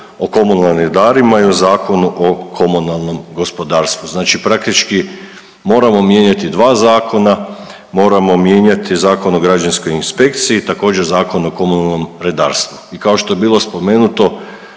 o komunalnim redarima i o Zakonu o komunalnom gospodarstvu. Znači praktički moramo mijenjati dva zakona, moramo mijenjati Zakon o građevinskoj inspekciji, također Zakon o komunalnom redarstvu. I kao što je bilo spomenuto